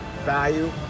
value